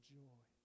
joy